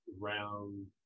round